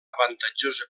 avantatjosa